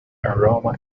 aroma